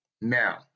Now